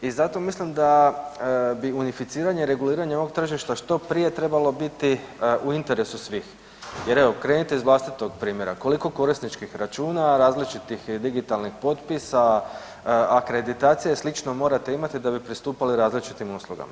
I zato mislim da bi unificiranje, reguliranje ovog tržišta što prije trebalo biti u interesu svih jer evo krenite iz vlastitog primjera, koliko korisničkih računa, različitih digitalnih potpisa, akreditacija i sl. morate imati da bi pristupali različitim uslugama.